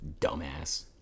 Dumbass